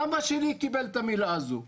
אבא שלי קיבל את המילה הזו,